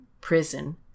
prison